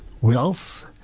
wealth